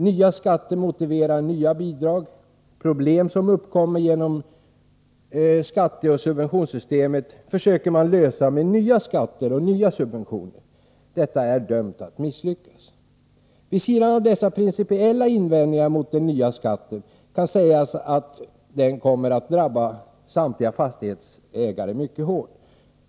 Nya skatter motiverar nya bidrag. Problem — som har uppkommit genom skatteoch subventionsystemet — försöker man lösa med nya skatter och subventioner. Detta är dömt att misslyckas. Vid sidan av dessa principiella invändningar mot den nya fastighetsskatten kan sägas att den kommer att drabba samtliga fastighetsägare mycket hårt.